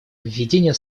введение